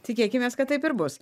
tikėkimės kad taip ir bus